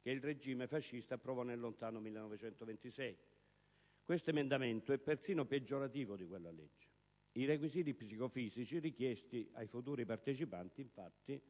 che il regime fascista approvò nel lontano 1926. Questo emendamento è persino peggiorativo di quella legge. I requisiti psico-fisici richiesti ai futuri partecipanti, infatti,